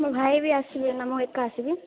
ମୋ ଭାଇ ବି ଆସିବେ ନା ମୁଁ ଏକା ଆସିବି